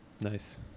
nice